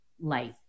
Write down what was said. life